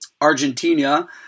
Argentina